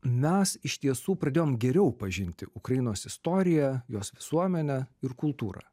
mes iš tiesų pradėjom geriau pažinti ukrainos istoriją jos visuomenę ir kultūrą